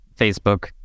facebook